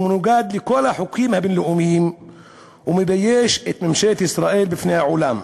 שמנוגד לכל החוקים הבין-לאומיים ומבייש את ממשלת ישראל בפני העולם?